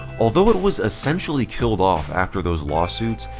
although it was essentially killed off after those lawsuits,